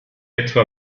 etwa